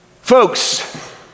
Folks